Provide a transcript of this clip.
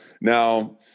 Now